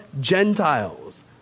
Gentiles